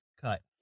cut